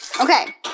Okay